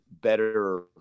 better